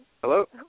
hello